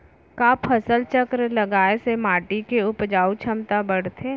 का फसल चक्र लगाय से माटी के उपजाऊ क्षमता बढ़थे?